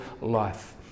life